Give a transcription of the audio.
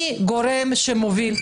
מי הגורם שמוביל,